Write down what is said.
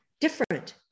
different